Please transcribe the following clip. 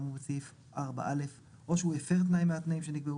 כאמור בסעיף 4/א' או שהוא הפר תנאי מהתנאים שנקבעו